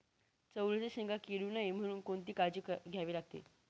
चवळीच्या शेंगा किडू नये म्हणून कोणती काळजी घ्यावी लागते?